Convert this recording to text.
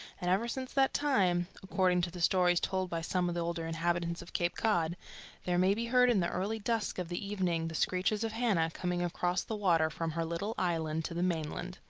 and ever since that time according to the stories told by some of the older inhabitants of cape cod there may be heard in the early dusk of the evening the screeches of hannah coming across the water from her little island to the mainland.